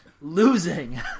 losing